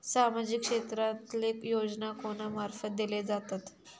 सामाजिक क्षेत्रांतले योजना कोणा मार्फत दिले जातत?